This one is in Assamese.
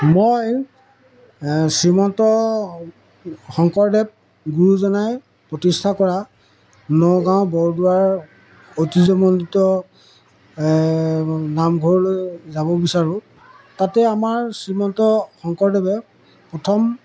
মই শ্ৰীমন্ত শংকৰদেৱ গুৰুজনাই প্ৰতিষ্ঠা কৰা নগাঁও বৰদোৱাৰ ঐতিহ্যমণ্ডিত নামঘৰলৈ যাব বিচাৰোঁ তাতে আমাৰ শ্ৰীমন্ত শংকৰদেৱে প্ৰথম